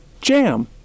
Jam